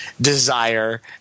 desire